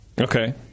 Okay